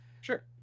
Sure